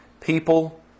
people